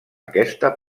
aquesta